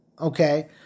Okay